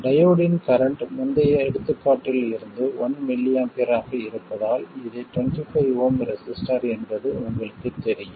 டயோடின் current முந்தைய எடுத்துக்காட்டில் இருந்து 1mA ஆக இருப்பதால் இது 25 Ω ரெசிஸ்டர் என்பது உங்களுக்குத் தெரியும்